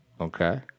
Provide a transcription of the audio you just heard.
Okay